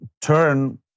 turn